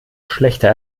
schlechter